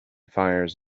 fires